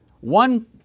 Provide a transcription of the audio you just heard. one